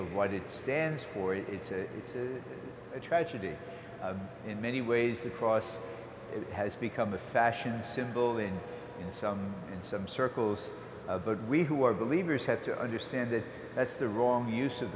of what it stands for it's it's a tragedy in many ways the cross has become a fashion symbol in some in some circles but we who are believers have to understand that that's the wrong use